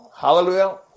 Hallelujah